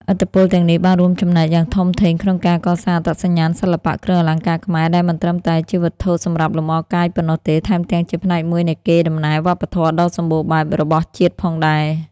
ឥទ្ធិពលទាំងនេះបានរួមចំណែកយ៉ាងធំធេងក្នុងការកសាងអត្តសញ្ញាណសិល្បៈគ្រឿងអលង្ការខ្មែរ ដែលមិនត្រឹមតែជាវត្ថុសម្រាប់លម្អកាយប៉ុណ្ណោះទេ ថែមទាំងជាផ្នែកមួយនៃកេរដំណែលវប្បធម៌ដ៏សម្បូរបែបរបស់ជាតិផងដែរ។